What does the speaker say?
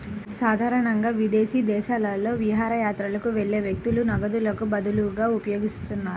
సాధారణంగా విదేశీ దేశాలలో విహారయాత్రకు వెళ్లే వ్యక్తులు నగదుకు బదులుగా ఉపయోగిస్తారు